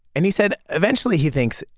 and he said eventually he thinks,